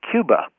Cuba